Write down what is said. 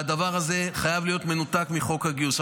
והדבר הזה חייב להיות מנותק מחוק הגיוס.